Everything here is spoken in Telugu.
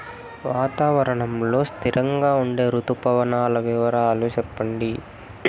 వాతావరణం లో స్థిరంగా ఉండే రుతు పవనాల వివరాలు చెప్పండి?